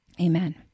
Amen